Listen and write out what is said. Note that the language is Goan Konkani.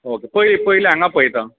ओके पयलें पयलें हांगा पळयतां